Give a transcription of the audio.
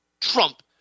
Trump